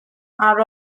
are